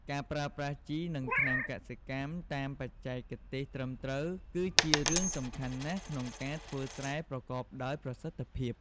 ការប្រើប្រាស់ជី និងថ្នាំកសិកម្មតាមបច្ចេកទេសត្រឹមត្រូវ គឺជារឿងសំខាន់ណាស់ក្នុងការធ្វើស្រែប្រកបដោយប្រសិទ្ធភាព។